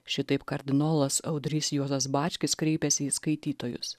šitaip kardinolas audrys juozas bačkis kreipiasi į skaitytojus